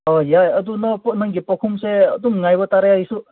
ꯑꯥ ꯌꯥꯏ ꯑꯗꯨ ꯅꯪ ꯅꯪꯒꯤ ꯄꯥꯎꯈꯨꯝꯁꯦ ꯑꯗꯨꯝ ꯉꯥꯏꯕ ꯇꯥꯔꯦ ꯑꯩꯁꯨ